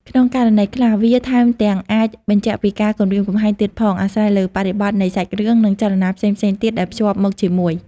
ក្នុងករណីខ្លះ វាថែមទាំងអាចបញ្ជាក់ពីការគំរាមកំហែងទៀតផង អាស្រ័យលើបរិបទនៃសាច់រឿង និងចលនាផ្សេងៗទៀតដែលភ្ជាប់មកជាមួយ។